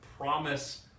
promise